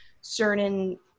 certain